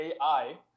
AI